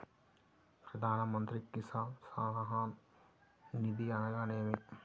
ప్రధాన మంత్రి కిసాన్ సన్మాన్ నిధి అనగా ఏమి?